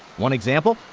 one example?